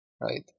Right